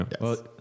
Yes